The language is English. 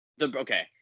Okay